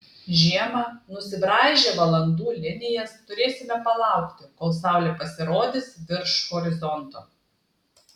žiemą nusibraižę valandų linijas turėsime palaukti kol saulė pasirodys virš horizonto